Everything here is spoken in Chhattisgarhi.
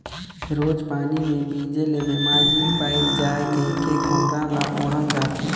रोज पानी मे भीजे ले बेमार झिन पइर जाए कहिके खोम्हरा ल ओढ़ल जाथे